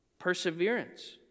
perseverance